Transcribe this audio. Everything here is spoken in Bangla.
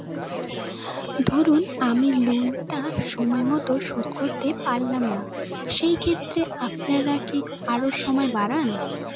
ধরুন আমি লোনটা সময় মত শোধ করতে পারলাম না সেক্ষেত্রে আপনার কি আরো সময় বাড়ান?